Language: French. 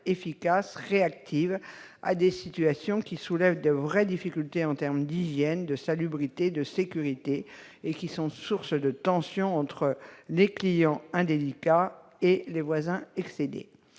efficace et réactive à des situations qui soulèvent de vraies difficultés en termes d'hygiène, de salubrité et de sécurité, et qui se révèlent sources de tensions entre des clients « indélicats » et des voisins excédés.